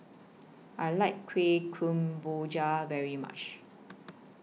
I like Kueh Kemboja very much